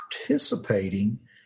participating